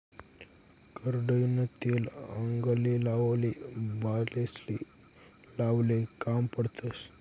करडईनं तेल आंगले लावाले, बालेस्ले लावाले काम पडस